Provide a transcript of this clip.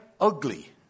ugly